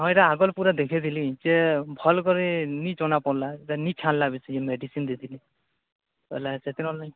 ହଁ ଏଇଟା ଆଗରୁ ପୁରା ଦେଖିଥିଲି ସେ ଭଲ୍କରି ନାଇଁ ଜଣା ପଡ଼ିଲା ନାଇଁ ଛାଡ଼ିଲା ବେଶୀ ମେଡ଼ିସିନ୍ ଦେଇଥିଲି ବୋଲେ ସେଥି ନହେଲେ ନାଇଁ